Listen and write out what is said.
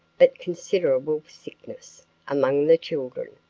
but considerable sickness among the children.